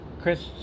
Chris